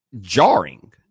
jarring